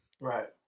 Right